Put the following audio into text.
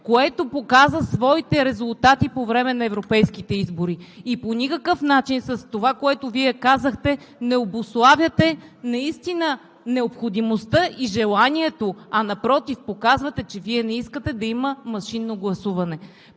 което показа своите резултати по време на европейските избори. И по никакъв начин с това, което Вие казахте, не обуславяте наистина необходимостта и желанието, а, напротив, показвате, че Вие не искате да има машинно гласуване.